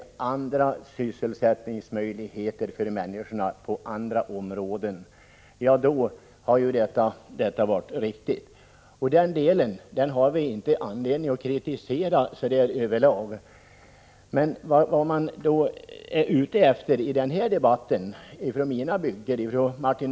1985/86:30 människor har möjligheter till annan sysselsättning har vi inte haft anledning 19 november 1985 att kritisera över lag. Men vad man från mina hembygder och från Martin.